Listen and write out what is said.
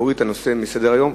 להוריד את הנושא מסדר-היום,